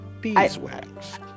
Beeswax